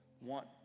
want